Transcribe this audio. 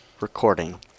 recording